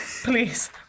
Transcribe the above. please